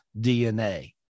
DNA